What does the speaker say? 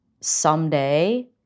someday